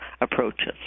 approaches